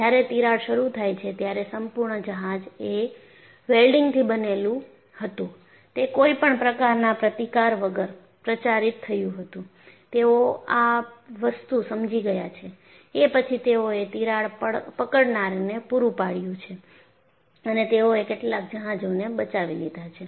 જ્યારે તિરાડ શરૂ થાય છે ત્યારે સંપૂર્ણ જહાજ એ વેલ્ડીંગથી બનેલું હતું તે કોઈપણ પ્રકારના પ્રતિકાર વગર પ્રચારિત થયું હતું તેઓ આ વસ્તુ સમજી ગયા છે એ પછી તેઓએ તિરાડ પકડનારને પૂરૂ પાડયુ છે અને તેઓએ કેટલાક જહાજોને બચાવી લીધા હતા